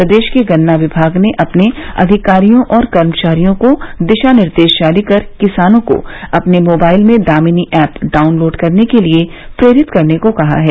प्रदेश के गन्ना विभाग ने अपने अधिकारियों और कर्मचारियों को दिशानिर्देश जारी कर किसानों को अपने मोबाइल में दामिनी ऐप डाउनलोड करने के लिए प्रेरित करने को कहा है